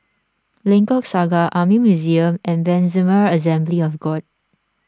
Lengkok Saga Army Museum and Ebenezer Assembly of God